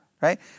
Right